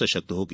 सशक्त होगी